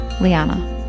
Liana